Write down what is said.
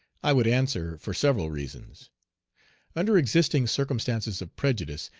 i would answer, for several reasons under existing circumstances of prejudice,